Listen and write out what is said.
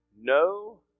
No